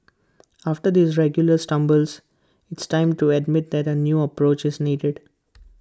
after these regular stumbles it's time to admit that A new approach is needed